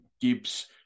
Gibbs